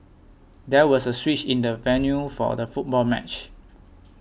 there was a switch in the venue for the football match